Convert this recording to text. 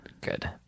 Good